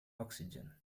oxygen